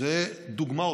אלה דוגמאות.